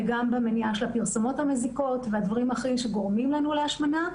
וגם במניעה של הפרסומות המזיקות ודברים אחרים שגורמים לנו להשמנה,